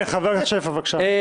חבר הכנסת שפע, בבקשה.